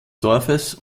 dorfes